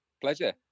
Pleasure